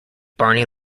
barney